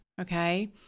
Okay